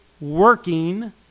working